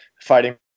fighting